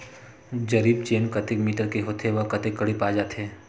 जरीब चेन कतेक मीटर के होथे व कतेक कडी पाए जाथे?